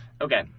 Okay